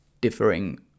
differing